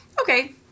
okay